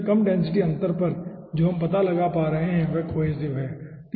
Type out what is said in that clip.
क्योंकि वह कम डेंसिटी अंतर जो हम पता लगा पा रहे हैं वह कोहेसिव है